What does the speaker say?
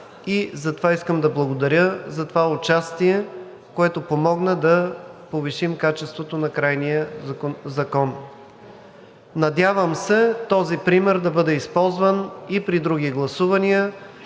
Затова искам да благодаря за това участие, което помогна, за да повишим качеството на крайния закон. Надявам се този пример да бъде използван и при други гласувания